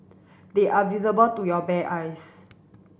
they are visible to your bare eyes